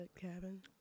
cabin